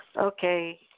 Okay